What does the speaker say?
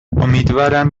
امیدوارم